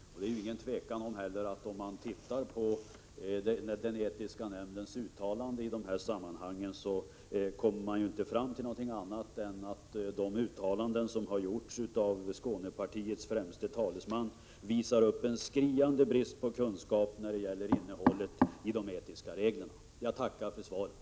Om man studerar vad den etiska nämnden har sagt i dessa sammanhang, råder det inte heller något tvivel om att de uttalanden som har gjorts av Skånepartiets främste talesman visar på en skriande brist på kunskaper när det gäller de etiska reglerna. Jag tackar för svaret.